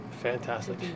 Fantastic